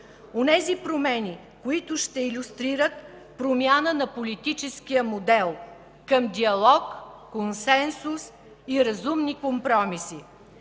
промени, които ще илюстрират промяна на политическия модел към диалог, консенсус и разумни компромиси.